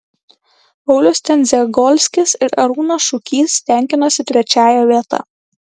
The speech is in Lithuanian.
paulius tendzegolskis ir arūnas šukys tenkinosi trečiąja vieta